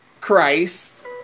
Christ